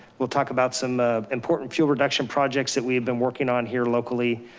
we'll talk about some important fuel reduction projects that we have been working on here locally.